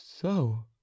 So